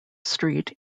street